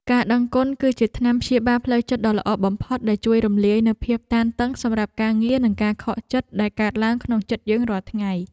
ការដឹងគុណគឺជាថ្នាំព្យាបាលផ្លូវចិត្តដ៏ល្អបំផុតដែលជួយរំលាយនូវភាពតានតឹងសម្រាប់ការងារនិងការខកចិត្តដែលកើតឡើងក្នុងចិត្តយើងរាល់ថ្ងៃ។